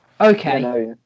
Okay